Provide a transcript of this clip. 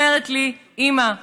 אומרת לי: אימא,